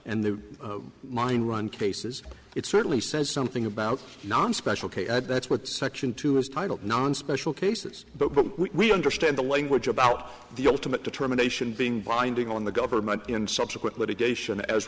and the mine run cases it certainly says something about non special that's what section two is titled non special cases but what we understand the language about the ultimate determination being binding on the government in subsequent litigation as